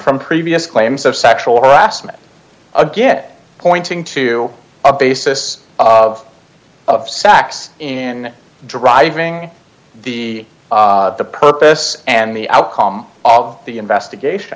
from previous claims of sexual harassment again pointing to a basis of of sax in driving the purpose and the outcome of the investigation